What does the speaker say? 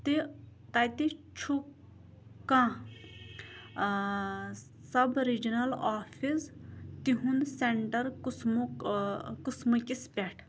تہِ تَتہِ چھُ کانٛہہ ٲں سب رِجنل آفِس تِہنٛد سیٚنٛٹر قُسمُک ٲں قسمٕکِس پٮ۪ٹھ